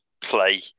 play